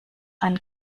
einen